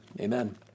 Amen